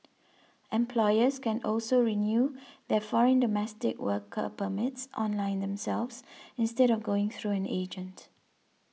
employers can also renew their foreign domestic worker permits online themselves instead of going through an agent